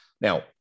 Now